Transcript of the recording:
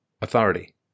Authority